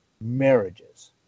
marriages